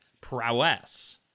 prowess